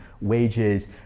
wages